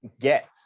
get